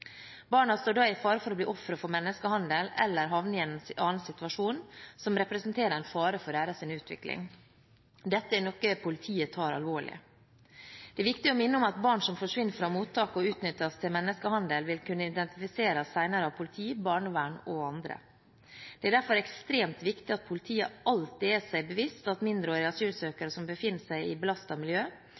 Barna står da i fare for å bli ofre for menneskehandel eller havne i en annen situasjon som representerer en fare for deres utvikling. Dette er noe politiet tar alvorlig. Det er viktig å minne om at barn som forsvinner fra mottak og utnyttes til menneskehandel, vil kunne identifiseres senere av politi, barnevern og andre. Det er derfor ekstremt viktig at politiet alltid er seg bevisst at mindreårige asylsøkere som befinner seg i